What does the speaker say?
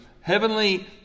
heavenly